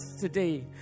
today